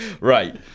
Right